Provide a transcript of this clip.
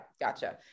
Gotcha